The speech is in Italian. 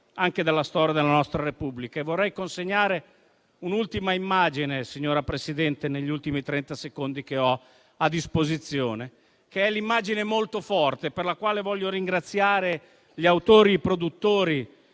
anche della storia della nostra Repubblica. Vorrei consegnare un'ultima immagine, signora Presidente, negli ultimi trenta secondi che ho a disposizione. È l'immagine molto forte per la quale voglio ringraziare gli autori e i produttori